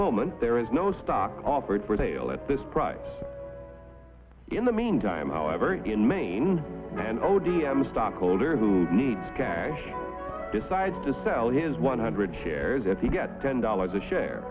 moment there is no stock offered for sale at this price in the meantime however in main and o d m a stock holder who needs cash decides to sell his one hundred shares and he get ten dollars a share